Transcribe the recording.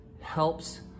helps